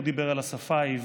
הוא דיבר על השפה העברית: